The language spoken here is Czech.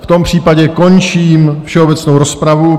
V tom případě končím všeobecnou rozpravu.